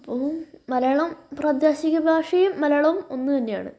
അപ്പോൾ മലയാളവും പ്രാദേശിക ഭാഷയും മലയാളവും ഒന്നുതന്നെയാണ്